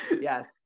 yes